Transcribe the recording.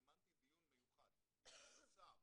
זימנתי דיון מיוחד עם האוצר.